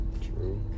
True